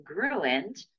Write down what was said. congruent